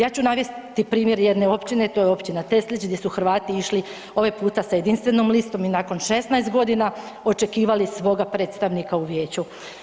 Ja ću navesti primjer jedne općine, to je općina Teslić gdje su Hrvati išli ovaj puta sa jedinstvenom listom i nakon 16.g. očekivali svoga predstavnika u vijeću.